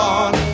on